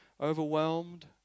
overwhelmed